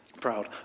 proud